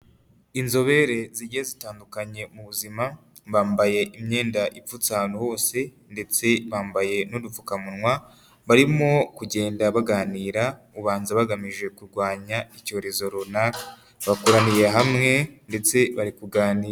Inzobere zijye zitandukanye mu buzima, bambaye imyenda ipfutse ahantu hose ndetse bambaye n'udupfukamunwa barimo kugenda baganira, ubanza bagamije kurwanya icyorezo runaka. Bakoraniye hamwe ndetse bari kuganira.